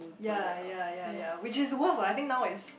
ya ya ya ya which is worse lah I think now it's